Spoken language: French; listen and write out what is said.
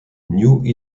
new